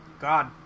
God